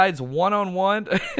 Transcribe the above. one-on-one